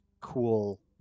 cool